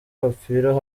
bapfira